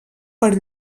pels